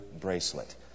bracelet